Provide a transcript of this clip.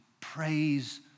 praise